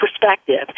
perspective